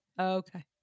Okay